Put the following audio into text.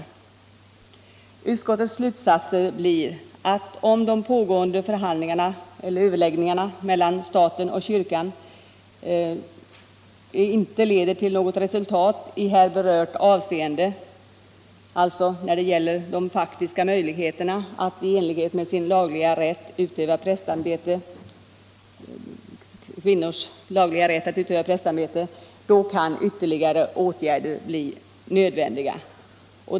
Utskottets slutsats blir att om de pågående överläggningarna mellan staten och kyrkan ”inte leder till resultat i här berört avseende” — alltså när det gäller kvinnors faktiska möjligheter att i enlighet med sin lagliga rätt utöva prästämbete — kan ytterligare åtgärder bli nödvändiga.